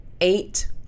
eight